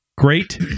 Great